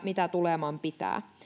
mitä tuleman pitää